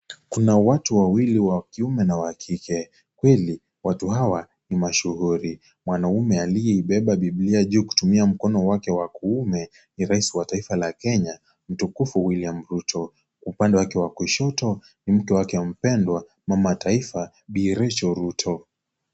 Kuna watu wawili wa kiume na wa kike, pili watu hawa ni mashuuri. Mwanaume aliyeibeba bibilia juu kutumia mkono wake wa kuume ni rais wa taifa la Kenya mtukutu William Ruto. Upande wake wa kushoto ni mke wake mpendwa mama taifa Bi Rechael Ruto.